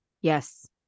Yes